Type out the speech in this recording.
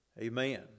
amen